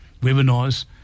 webinars